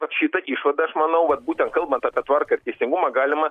vat šitą išvadą aš manau vat būtent kalbant kad tvarką ir teisingumą galima